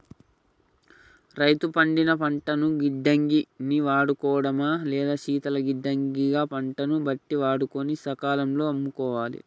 రైతు పండిన పంటను గిడ్డంగి ని వాడుకోడమా లేదా శీతల గిడ్డంగి గ పంటను బట్టి వాడుకొని సకాలం లో అమ్ముకోవాలె